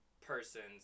person's